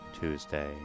Tuesday